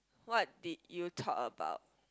what did you talk about